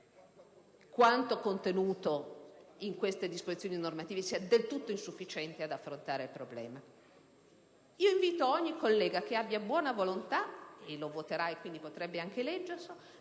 quanto contenuto in queste disposizioni normative sia del tutto insufficiente ad affrontare il problema? Invito ogni collega che abbia buona volontà - lo voterà, quindi potrebbe anche leggerlo